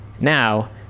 Now